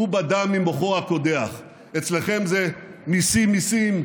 הוא בדה ממוחו הקודח"; אצלכם זה: מיסים מיסים,